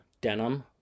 denim